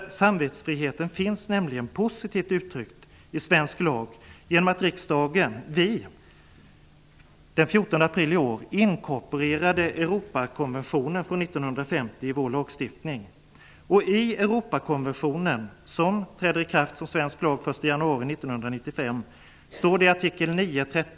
Samvetsfriheten finns nämligen positivt uttryckt i svensk lag genom att riksdagen -- vi -- den 14 april i år inkorporerade Europakonventionen från 1950 i vår lagstiftning.